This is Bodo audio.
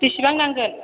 बेसेबां नांगोन